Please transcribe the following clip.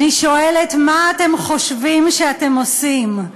אני שואלת, מה אתם חושבים שאתם עושים?